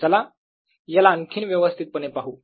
चला याला आणखीन व्यवस्थितपणे पाहू